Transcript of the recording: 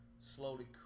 Slowly